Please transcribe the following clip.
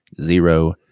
zero